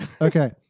Okay